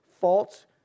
faults